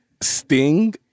sting